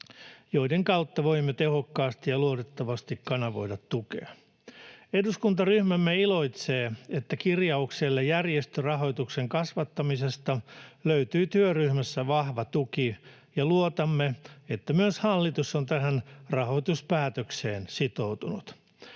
joiden kautta voimme tehokkaasti ja luotettavasti kanavoida tukea. Eduskuntaryhmämme iloitsee, että kirjaukselle järjestörahoituksen kasvattamisesta löytyi työryhmässä vahva tuki, ja luotamme, että myös hallitus on tähän rahoituspäätökseen sitoutunut.